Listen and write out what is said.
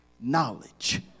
knowledge